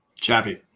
Chappy